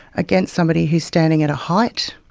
against somebody who is standing at a height.